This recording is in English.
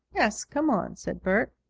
yes, come on, said bert.